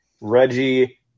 Reggie